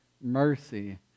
mercy